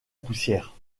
poussière